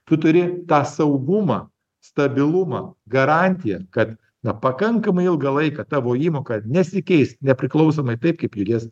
tu turi tą saugumą stabilumą garantiją kad na pakankamai ilgą laiką tavo įmoka nesikeis nepriklausomai taip kaip judės